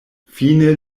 fine